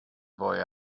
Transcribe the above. boy